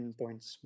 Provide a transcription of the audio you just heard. points